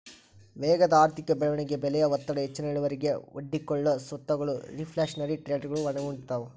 ವೇಗದ ಆರ್ಥಿಕ ಬೆಳವಣಿಗೆ ಬೆಲೆಯ ಒತ್ತಡ ಹೆಚ್ಚಿನ ಇಳುವರಿಗೆ ಒಡ್ಡಿಕೊಳ್ಳೊ ಸ್ವತ್ತಗಳು ರಿಫ್ಲ್ಯಾಶನರಿ ಟ್ರೇಡಗಳು ಒಳಗೊಂಡಿರ್ತವ